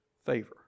favor